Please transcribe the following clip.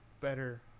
better